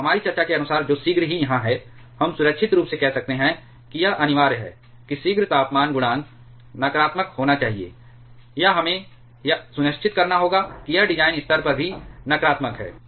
और हमारी चर्चा के अनुसार जो शीघ्र ही यहां है हम सुरक्षित रूप से कह सकते हैं कि यह अनिवार्य है कि शीघ्र तापमान गुणांक नकारात्मक होना चाहिए या हमें यह सुनिश्चित करना होगा कि यह डिजाइन स्तर पर ही नकारात्मक है